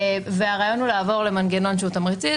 והרעיון הוא לעבור למנגנון תמריצי,